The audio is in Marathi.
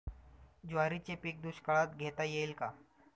ज्वारीचे पीक दुष्काळात घेता येईल का?